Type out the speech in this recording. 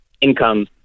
income